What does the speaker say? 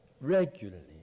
regularly